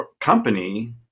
company